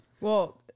Well-